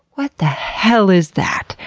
what the hell is that!